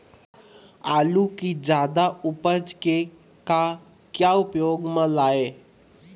आलू कि जादा उपज के का क्या उपयोग म लाए?